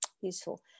useful